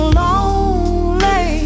lonely